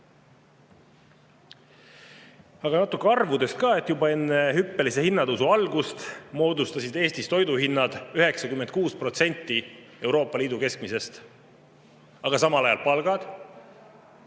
Aga natuke arvudest ka. Juba enne hüppelise hinnatõusu algust moodustas Eestis toidu hind 96% Euroopa Liidu keskmisest, aga samal ajal olid